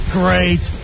great